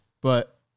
But-